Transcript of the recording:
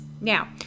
now